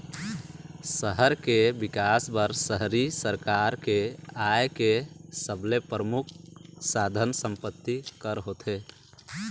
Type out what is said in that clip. सहर के बिकास बर शहरी सरकार के आय के सबले परमुख साधन संपत्ति कर होथे